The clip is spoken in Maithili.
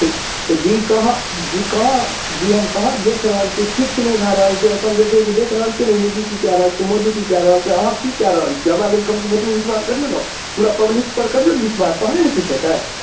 तऽ जी कहाँ जी कहाँ जी हम कहाँ देखि रहल छियै किछु नहि भए रहल छै एखन जे छै से देखि रहल छियै कि योगी की कै रहल छै मोदी की कै रहल छै अहाँ की कै रहल छियै हमरा लेल कमसँ कम एतबू विश्वास करिऔ ने पूरा पब्लिक पर करिऔ ने विश्वास तहने ने किछु होयतै